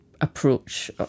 approach